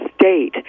state